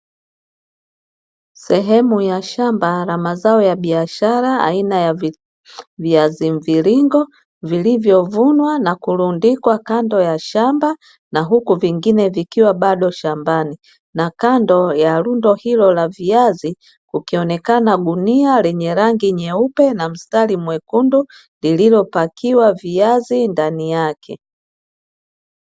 Sehemu ya shamba la mazao ya biashara aina viazi mviringo, vilivyovunwa na kulundikwa kando ya shamba na huku vingine vikiwa bado shambani. Na kando ya lundo hilo la viazi kukionekana gunia lenye rangi nyeupe na mstari mwekundu lililopakiwa viazi ndani yake.